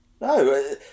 No